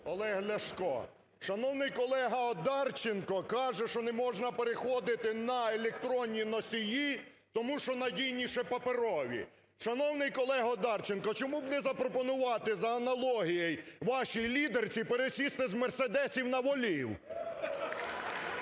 Олег Ляшко. Шановний колега Одарченко каже, що не можна переходити на електронні носії, тому що надійніше паперові. Шановний колего Одарченко, а чому б не запропонувати за аналогією вашій лідерці пересісти з "мерседесів" на волів.